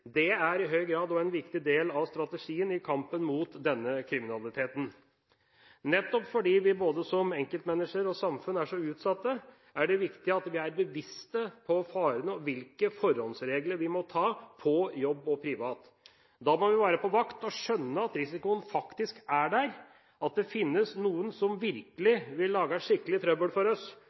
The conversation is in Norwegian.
Det er i høy grad også en viktig del av strategien i kampen mot denne kriminaliteten. Nettopp fordi vi både som enkeltmennesker og som samfunn er så utsatt, er det viktig at vi er bevisst på farene og hvilke forholdsregler vi må ta – på jobben og privat. Vi må være på vakt og skjønne at risikoen faktisk er der, at det finnes noen som virkelig vil lage skikkelig trøbbel for oss,